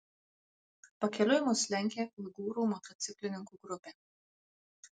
pakeliui mus lenkė uigūrų motociklininkų grupė